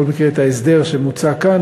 בכל זאת יהיה ההסדר שמוצע כאן.